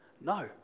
No